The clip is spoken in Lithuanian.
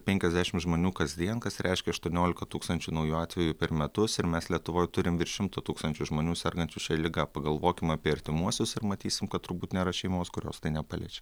penkiasdešimt žmonių kasdien kas reiškia aštuoniolika tūkstančių naujų atvejų per metus ir mes lietuvoj turim virš šimto tūkstančių žmonių sergančių šia liga pagalvokim apie artimuosius ir matysim kad turbūt nėra šeimos kurios tai nepaliečia